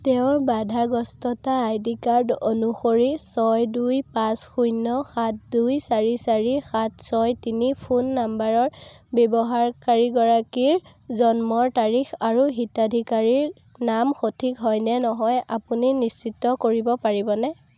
তেওঁৰ বাধাগ্ৰস্ততা I D card অনুসৰি ছয় দুই পাঁচ শূণ্য সাত দুই চাৰি চাৰি সাত ছয় তিনি ফোন নম্বৰৰ ব্যৱহাৰকাৰীগৰাকীৰ জন্মৰ তাৰিখ আৰু হিতাধিকাৰীৰ নাম সঠিক হয়নে নহয় আপুনি নিশ্চিত কৰিব পাৰিবনে